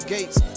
Gates